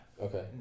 Okay